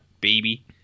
Baby